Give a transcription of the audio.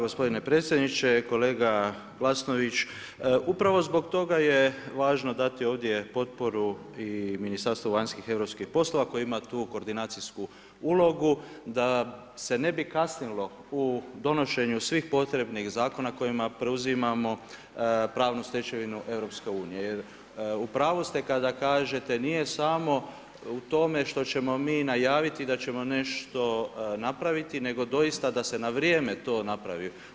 Gospodine predsjedniče, kolega Glasnović upravo zbog toga je važno dati ovdje potporu i Ministarstva vanjskih i europskih poslova koji ima tu koordinacijsku ulogu da se ne bi kasnilo u donošenju svih potrebnih zakona kojima preuzimamo pravnu stečevinu EU, jer u pravu ste kada kažete nije samo u tome što ćemo mi najaviti da ćemo nešto napraviti, nego doista da se na vrijeme to napravi.